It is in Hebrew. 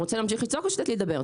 רוצה להמשיך לצעוק או לתת לי לדבר?